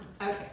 okay